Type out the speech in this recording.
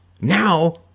now